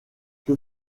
que